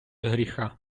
гріха